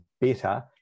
better